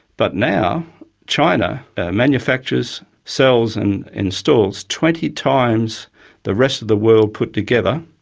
but now china manufactures, sells and installs twenty times the rest of the world put together,